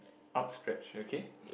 outstretch okay